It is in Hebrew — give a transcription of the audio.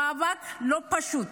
המאבק לא פשוט,